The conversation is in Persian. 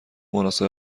مناسب